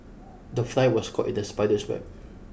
the fly was caught in the spider's web